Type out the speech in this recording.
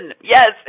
yes